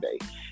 today